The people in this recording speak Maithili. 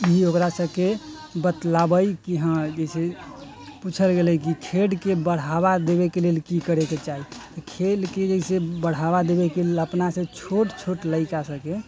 भी ओकरा सबके बतलाबे की हँ जैसे पूछल गेलै की खेलके बढ़ावा देबैके लेल की करैके चाही तऽ खेलके जैसे खेलके बढ़ावा देबैके लेल अपनासँ छोट छोट लड़िका सबके